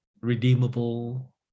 redeemable